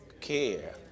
care